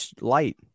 light